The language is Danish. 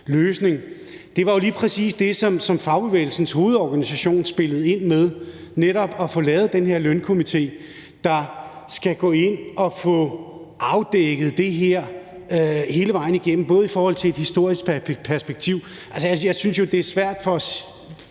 var jo lige præcis det, som Fagbevægelsens Hovedorganisation spillede ind med: netop at få lavet den her lønstrukturkomité, der skal gå ind og få afdækket det her hele vejen igennem, også i forhold til et historisk perspektiv. Altså, jeg synes jo, det er svært for os,